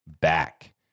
back